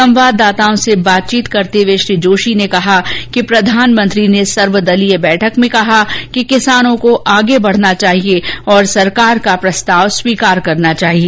संवाददाताओं से बातचीत करते हुए श्री जोशी ने कहा कि प्रधानमंत्री ने सर्वदलीय बैठक में कहा कि किसानों को आगे बढना चाहिए और सरकार का प्रस्ताव स्वीकार करना चाहिए